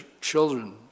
children